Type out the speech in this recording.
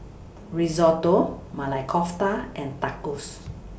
Risotto Maili Kofta and Tacos